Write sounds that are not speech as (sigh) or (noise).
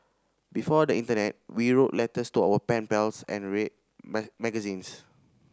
before the internet we wrote letters to our pen pals and read (unintelligible) magazines